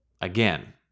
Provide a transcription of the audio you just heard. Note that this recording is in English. again